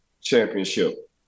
Championship